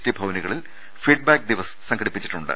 T ഭവനുകളിൽ feedback ദിവസ് സംഘടിപ്പിച്ചിട്ടുണ്ട്